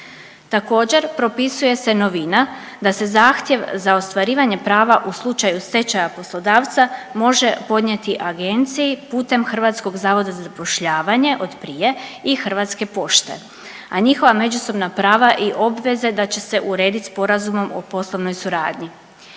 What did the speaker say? Također propisuje se novina da se zahtjev za ostvarivanje prava u slučaju stečaja poslodavca može podnijeti agenciji putem HZZ-a od prije i Hrvatske pošte, a njihova međusobna prava i obveze da će se urediti sporazumom o poslovnoj suradnji.